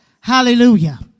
Hallelujah